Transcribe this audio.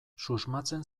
susmatzen